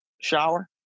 shower